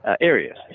areas